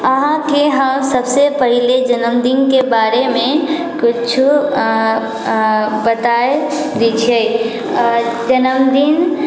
अहाँके हम सभसँ पहिने जन्मदिनके बारेमे कुछौ बताइ दै छियै जन्मदिन